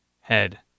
head